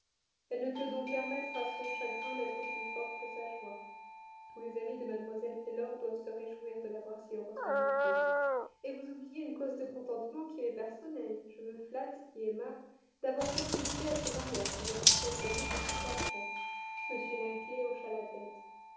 elle ne peut donc permettre à son chagrin d'être plus fort que sa joie tous les amis de mlle taylor doivent se réjouir de la voir si heureusement mariée et vous oubliez une cause de contentement qui m'est personnelle je me flatte dit emma d'avoir contribué à ce mariage que je prévoyais depuis quatre ans m knightley hocha la tête